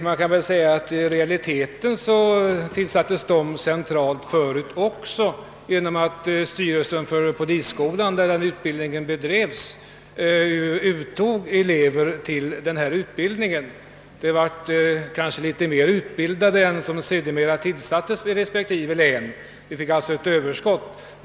Man kan väl säga att dessa tjänster i realiteten tillsattes centralt även tidigare, eftersom det var styrelsen för polisskolan som tog ut elever till denna utbildning. Det utbildades då fler personer än de tjänster som sedermera tillsattes i respektive län, och vi fick alltså ett överskott.